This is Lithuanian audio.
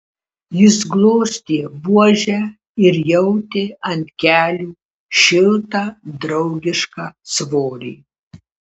jis glostė buožę ir jautė ant kelių šiltą draugišką svorį